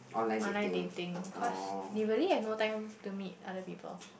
online dating cause they really have no time to meet other people